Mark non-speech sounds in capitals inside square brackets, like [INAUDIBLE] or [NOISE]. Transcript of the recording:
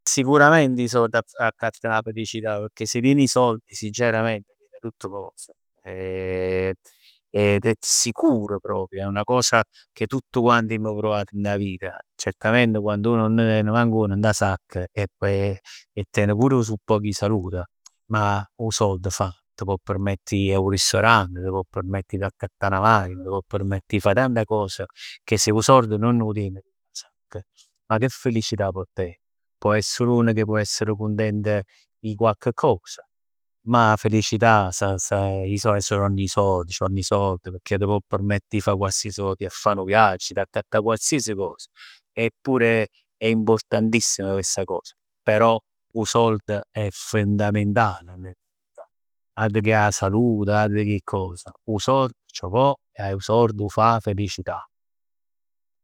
Sicuramente 'e sord accattan 'a felicità pecchè se tien 'e sord sinceramente tien tutt cos. [HESITATION] E è sicuro proprio, è 'na cosa che tutt quant amma pruvat dint 'a vita. Certamente quann uno nun ne ten manc uno dint 'a sacc è [HESITATION] e ten pur nu poc 'e salut, ma 'o sord fa, t' pò permetter 'e jì 'o ristorante, t' pò permettere 'e t'accattà 'na machin, t' pò permettere 'e fa tant cos che se 'o sord nun 'o tien ma che felicità può ten? Può essere sul un che può essere contento e cocche cos, ma 'a felicità s- s- s' c' vonn 'e sord, pecchè t' può permettere 'e fa qualsiasi cosa. E t' jì a fa nu viaggio e t'accattà qualsiasi cosa e pure è importantissima questa cosa, però 'o sord è fondamentale. Altro che 'a salute, altro che 'e cos, 'o sord c' vò e 'o sord 'o fa 'a felicità.